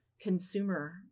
consumer